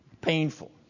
painful